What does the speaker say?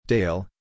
Dale